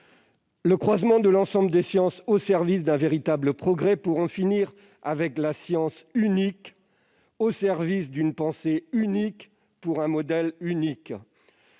le croisement de l'ensemble des sciences au service d'un véritable progrès, pour en finir avec la science unique, au service d'une pensée unique, pour un modèle unique.